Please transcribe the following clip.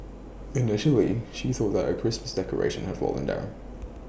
initially she thought that A Christmas decoration had fallen down